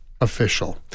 official